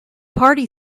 party